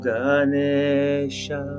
Ganesha